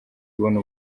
ibona